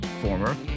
former